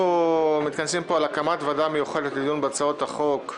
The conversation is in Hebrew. אנחנו מתכנסים להקמת ועדה מיוחדת לדיון בהצעות החוק: